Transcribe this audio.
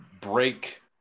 break